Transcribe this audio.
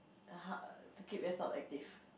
err how to keep yourself active